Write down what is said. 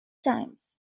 times